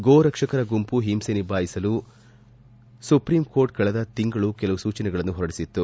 ಗೋರಕ್ಷಕರ ಗುಂಪು ಹಿಂಸೆ ನಿಭಾಯಿಸಲು ಸುಪ್ರೀಂ ಕೋರ್ಟ್ ಕಳೆದ ತಿಂಗಳು ಕೆಲವು ಸೂಚನೆಗಳನ್ನು ಹೊರಡಿಸಿತ್ತು